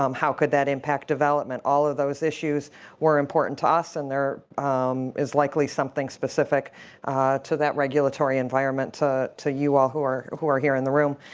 um how could that impact development? all of those issues were important to us and there is likely something specific to that regulatory environment to to you all who are who are here in the room.